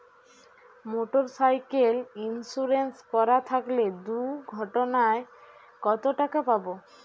Motorcycle insurance করা থাকলে দুঃঘটনায় কতটাকা পাব?